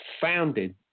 founded